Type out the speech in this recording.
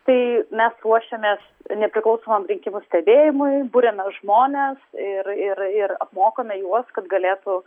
tai mes ruošiamės nepriklausomam rinkimų stebėjimui buriame žmones ir ir ir apmokome juos kad galėtų